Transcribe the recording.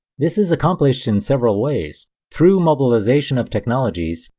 this is accomplished in several ways through mobilization of technologies,